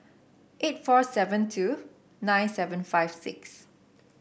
eight four seven two nine seven five six